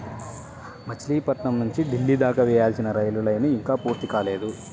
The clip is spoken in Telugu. మచిలీపట్నం నుంచి ఢిల్లీ దాకా వేయాల్సిన రైలు లైను ఇంకా పూర్తి కాలేదు